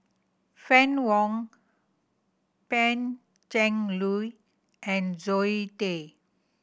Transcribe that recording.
Fann Wong Pan Cheng Lui and Zoe Tay